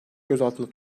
gözaltında